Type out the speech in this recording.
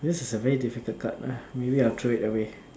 this is a very difficult card uh maybe I'll throw it away